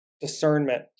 discernment